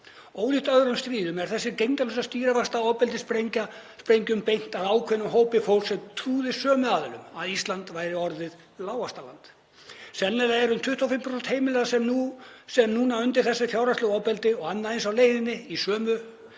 Ólíkt öðrum stríðum er þessum gegndarlausu stýrivaxtaofbeldissprengjum beint að ákveðnum hópi fólks sem trúði sömu aðilum, að Ísland væri orðið lágvaxtaland. Sennilega eru um 25% heimila núna undir þessu fjárhagslega ofbeldi og annað eins á leiðinni í sömu